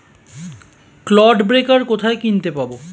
Clod breaker কোথায় কিনতে পাব?